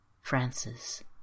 Francis